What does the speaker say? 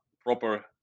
proper